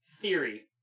Theory